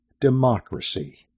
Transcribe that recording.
democracy